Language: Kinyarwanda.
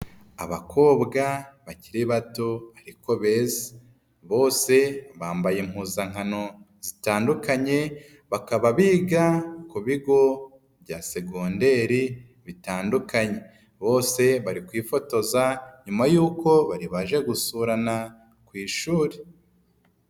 Abakobwa bakiri bato ariko beza, bose bambaye impuzankano zitandukanye bakaba biga ku bigo bya segonderi bitandukanye, bose bari kwifotoza nyuma y'uko bari baje gusurana ku ishuri.